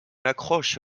accroche